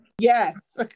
Yes